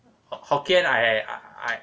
hokkien I I